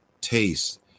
taste